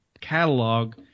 catalog